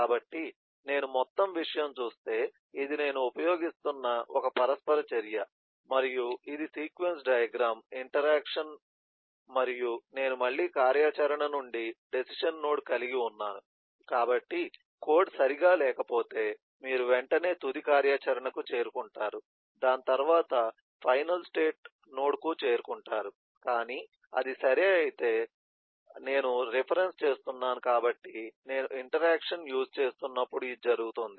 కాబట్టి నేను మొత్తం విషయం చూస్తే ఇది నేను ఉపయోగిస్తున్న ఒక పరస్పర చర్య మరియు ఇది సీక్వెన్స్ డయాగ్రమ్ ఇంటరాక్షన్ మరియు నేను మళ్ళీ కార్యాచరణ నుండి డెసిషన్ నోడ్ కలిగి ఉన్నాను కాబట్టి కోడ్ సరిగ్గా లేకపోతే మీరు వెంటనే తుది కార్యాచరణకు చేరుకుంటారు దాని తర్వాత ఫైనల్ స్టేట్ నోడ్కు చేరుకుంటారు కానీ అది సరే అయితే నేను రిఫరెన్స్ చేస్తున్నాను కాబట్టి నేను ఇంటరాక్షన్ యూజ్ చేస్తున్నప్పుడు ఇది జరుగుతుంది